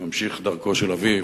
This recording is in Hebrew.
ממשיך דרכו של אביו,